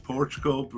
Portugal